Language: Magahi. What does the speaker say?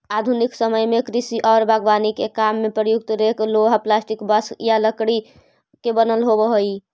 आधुनिक समय में कृषि औउर बागवानी के काम में प्रयुक्त रेक लोहा, प्लास्टिक, बाँस या लकड़ी के बनल होबऽ हई